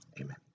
Amen